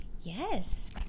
Yes